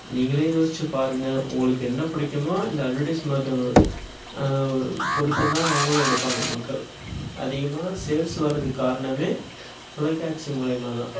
நீங்களே யோசிச்சு பாருங்க உங்களுக்கு என்ன பிடிக்குமோ இந்த அட்வெர்டைஸ்மெண்ட் பொறுத்து தான் அவங்களும் எடுப்பாங்க மக்கள் அதிகமாக சேல்ஸ் வர்றதுக்கு காரணமே தொலைக்காட்சி மூலயமாக தான்